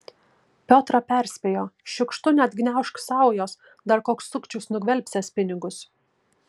piotrą perspėjo šiukštu neatgniaužk saujos dar koks sukčius nugvelbsiąs pinigus